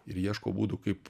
ir ieško būdų kaip